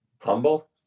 Humble